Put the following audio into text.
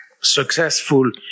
successful